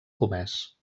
comès